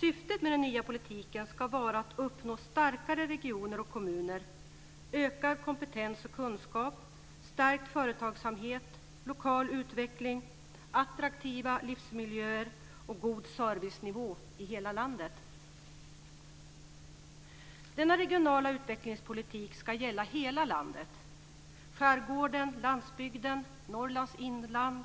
Syftet med den nya politiken ska vara att uppnå starkare regioner och kommuner, ökad kompetens och kunskap, stärkt företagsamhet, lokal utveckling, attraktiva livsmiljöer och god servicenivå i hela landet. Denna regionala utvecklingspolitik ska gälla hela landet - skärgården, landsbygden, Norrlands inland,